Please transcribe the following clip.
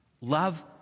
Love